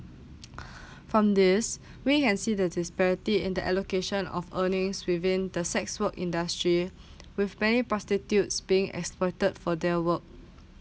from this we can see the disparity in the allocation of earning within the sex work industry with many prostitutes being exploited for their work